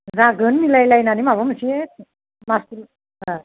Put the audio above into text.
जागोन मिलायलायनानै माबा मोनसे लागोन